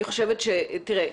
תראה,